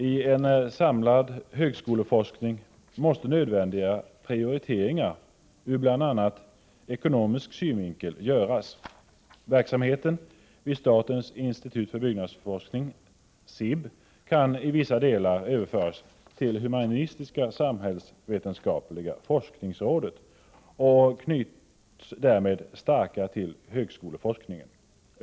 I en samlad högskoleforskning måste nödvändiga prioriteringar, ur bl.a. ekonomisk synvinkel, göras. Verksamheten vid statens institut för byggnadsforskning, SIB, kan i vissa delar överföras till humanistisk-samhällsvetenskapliga forskningsrådet och därmed starkare knytas till högskoleforskningen.